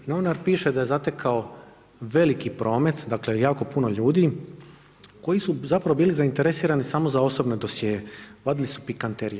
Novinar piše da je zatekao veliki promet, dakle, jako puno ljudi koji su zapravo bili zainteresirani samo za osobne dosjee, vadili su pikanterije.